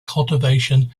cultivation